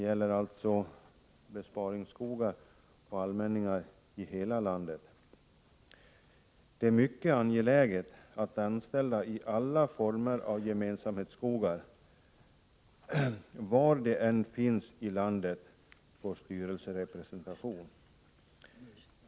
Det är mycket angeläget att anställda i alla former av gemensamhetsskogar, var i landet de än finns, får styrelserepresentation.